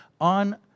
on